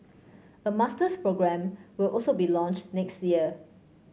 a masters programme will also be launched next year